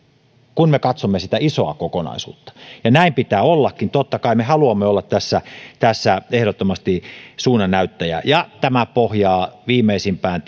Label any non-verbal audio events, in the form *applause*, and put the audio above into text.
kun me katsomme sitä isoa kokonaisuutta ja näin pitää ollakin totta kai me ehdottomasti haluamme olla tässä tässä suunnannäyttäjä ja tämä pohjaa viimeisimpään *unintelligible*